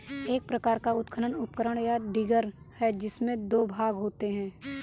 एक प्रकार का उत्खनन उपकरण, या डिगर है, जिसमें दो भाग होते है